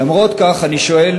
למרות זאת, אני שואל